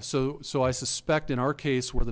so so i suspect in our case where the